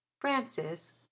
Francis